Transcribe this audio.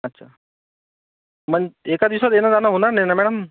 अच्छा मग एका दिवसात येणं जाणं होणार नाही ना मॅळम